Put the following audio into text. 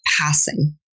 passing